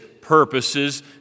purposes